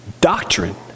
doctrine